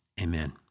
amen